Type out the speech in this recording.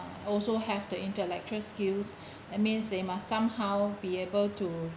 also have the intellectual skills that means they must somehow be able to